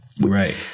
right